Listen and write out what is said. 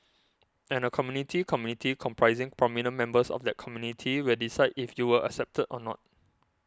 and a Community Committee comprising prominent members of that community will decide if you were accepted or not